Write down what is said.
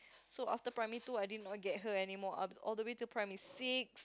so after Primary two I did not get her anymore all the way until Primary six